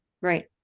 Right